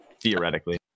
Theoretically